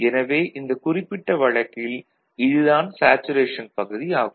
எனவே இந்த குறிப்பிட்ட வழக்கில் இது தான் சேச்சுரேஷன் பகுதி ஆகும்